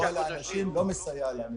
לא על האנשים לא מסייע לנו.